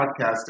podcast